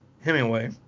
Hemingway